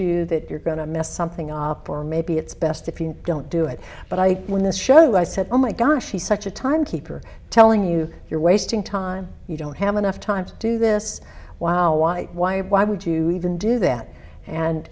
you that you're going to mess something up or maybe it's best if you don't do it but i when this show i said oh my gosh he's such a time keeper telling you you're wasting time you don't have enough times do this wow why why why would you even do that and